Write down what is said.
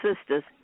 sister's